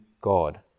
God